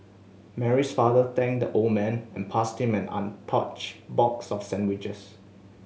Mary's father thanked the old man and passed him an untouched box of sandwiches